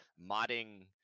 modding